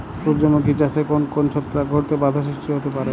সূর্যমুখী চাষে কোন কোন ছত্রাক ঘটিত বাধা সৃষ্টি হতে পারে?